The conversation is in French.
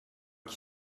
qui